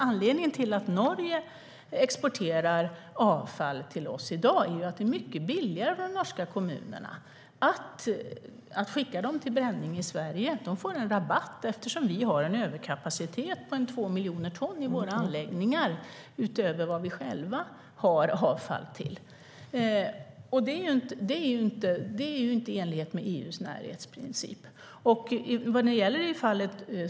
Anledningen till att Norge exporterar avfall till oss i dag är ju att det är mycket billigare för de norska kommunerna att skicka avfallet till förbränning i Sverige. De får en rabatt eftersom vi har en överkapacitet på ca 2 miljoner ton i våra anläggningar. Det är utöver vad vi själva har avfall till. Detta är inte i enlighet med EU:s närhetsprincip.